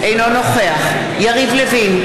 אינו נוכח יריב לוין,